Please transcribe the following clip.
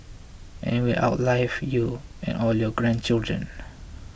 and will outlive you and all your grandchildren